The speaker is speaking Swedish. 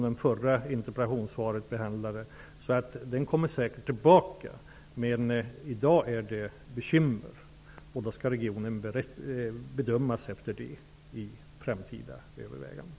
Den här regionen kommer säkert tillbaka. I dag har man bekymmer, och regionen skall bedömas utifrån det i framtida överväganden.